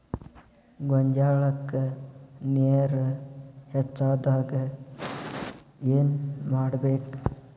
ಗೊಂಜಾಳಕ್ಕ ನೇರ ಹೆಚ್ಚಾದಾಗ ಏನ್ ಮಾಡಬೇಕ್?